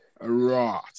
Right